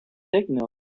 signal